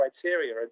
criteria